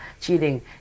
cheating